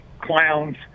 clown's